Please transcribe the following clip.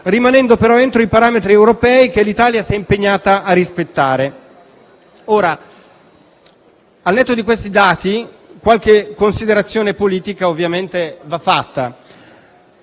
rimanendo però entro i parametri europei che l'Italia si è impegnata a rispettare. Al netto di questi dati, qualche considerazione politica, ovviamente, va fatta.